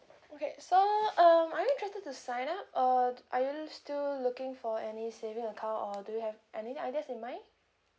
okay so um are you interested to sign up or d~ are you still looking for any saving account or do you have anything ideas in mind